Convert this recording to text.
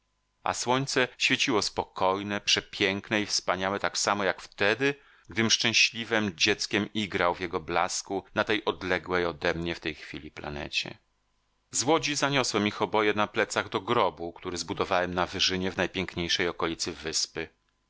a słońce świeciło spokojne przepiękne i wspaniałe tak samo jak wtedy gdym szczęśliwem dzieckiem igrał w jego blasku na tej odległej odemnie w tej chwili planecie z łodzi zaniosłem ich oboje na plecach do grobu który zbudowałem na wyżynie w najpiękniejszej okolicy wyspy